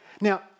Now